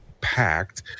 packed